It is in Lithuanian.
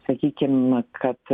sakykim kad